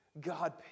God